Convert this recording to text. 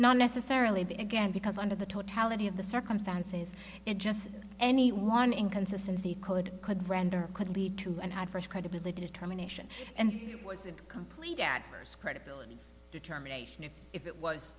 not necessarily but again because under the totality of the circumstances it just any one inconsistency could could render could lead to and had first credibility determination and was it complete at first credibility determination if if it was